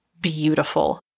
beautiful